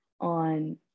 on